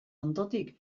ondotik